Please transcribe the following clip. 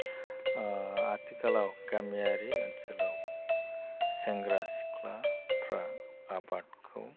आथिखालाव गामियारि ओनसोलाव सेंग्रा सिख्लाफ्रा आबादखौ